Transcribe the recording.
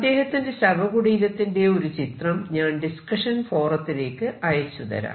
അദ്ദേഹത്തിന്റെ ശവകുടീരത്തിന്റെ ഒരു ചിത്രം ഞാൻ ഡിസ്കഷൻ ഫോറത്തിലേക്ക് അയച്ചുതരാം